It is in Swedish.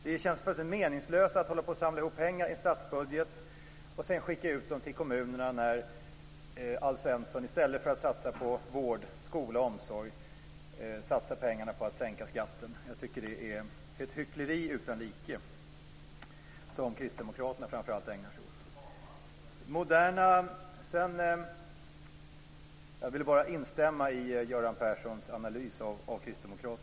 Det känns fullständigt meningslöst att samla ihop pengar i statsbudgeten och skicka ut dem till kommunerna när Alf Svensson, i stället för att satsa på vård, skola och omsorg, satsar pengarna på att sänka skatten. Det är ett hyckleri utan like som framför allt kristdemokraterna ägnar sig åt.